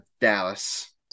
Dallas